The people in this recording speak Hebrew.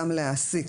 גם להעסיק,